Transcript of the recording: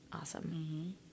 Awesome